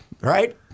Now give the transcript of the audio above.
right